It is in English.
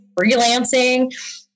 freelancing